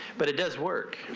but it does work.